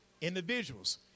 individuals